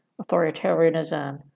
authoritarianism